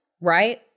right